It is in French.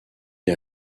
est